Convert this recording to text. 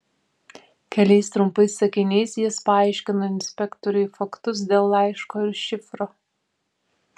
keliais trumpais sakiniais jis paaiškino inspektoriui faktus dėl laiško ir šifro